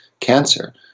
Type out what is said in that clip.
cancer